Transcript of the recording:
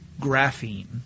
graphene